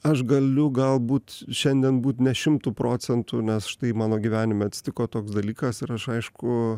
aš galiu galbūt šiandien būt ne šimtu procentų nes štai mano gyvenime atsitiko toks dalykas ir aš aišku